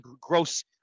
gross